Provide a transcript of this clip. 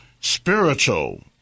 spiritual